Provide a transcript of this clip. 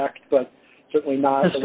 correct but certainly not